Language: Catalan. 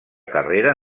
carrera